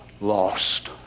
lost